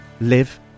live